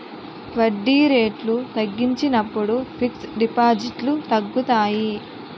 వడ్డీ రేట్లు తగ్గించినప్పుడు ఫిక్స్ డిపాజిట్లు తగ్గుతాయి